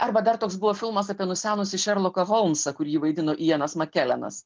arba dar toks buvo filmas apie nusenusį šerloką holmsą kurį vaidino jenas makelenas